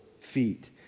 feet